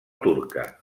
turca